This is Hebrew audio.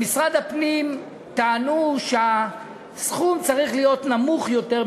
במשרד הפנים טענו שהסכום צריך להיות נמוך יותר,